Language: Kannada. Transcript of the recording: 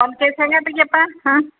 ಒಂದು ಕೆ ಜಿ ಸಂಗ್ಯಾ ತೆಗೆಯಪ್ಪ ಹಾಂ